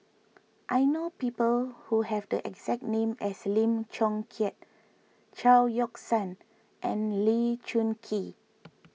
I know people who have the exact name as Lim Chong Keat Chao Yoke San and Lee Choon Kee